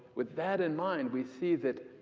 with that in mind, we see that,